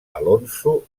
alonso